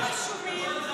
כולם רשומים.